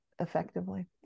effectively